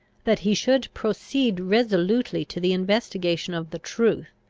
that he should proceed resolutely to the investigation of the truth,